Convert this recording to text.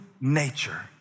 nature